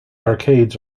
arcades